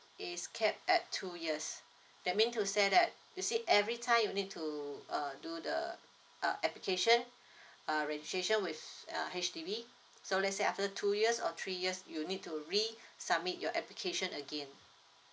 it's capped at two years that means to say that you see every time you need to uh do the uh application uh registration with uh H_D_B so let's say after two years or three years you need to resubmit your application again